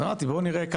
אז אמרתי בואו נראה,